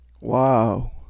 Wow